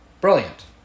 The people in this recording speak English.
Brilliant